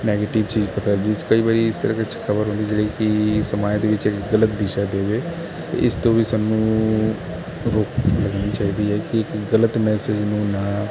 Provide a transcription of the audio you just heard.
negative ਚੀਜ਼ ਪਤਾ ਜਿਸ ਕਈ ਵਾਰੀ ਇਸ ਵਿਚ ਖਬਰ ਹੁੰਦੀ ਜਿਹੜੀ ਕਿ ਸਮਾਜ ਦੇ ਵਿੱਚ ਗਲਤ ਦਿਸ਼ਾ ਦੇਵੇ ਅਤੇ ਇਸ ਤੋਂ ਵੀ ਸਾਨੂੰ ਰੋਕ ਲਗਾਉਣੀ ਚਾਹੀਦੀ ਹੈ ਕਿ ਗਲਤ ਮੈਸੇਜ ਨੂੰ ਨਾ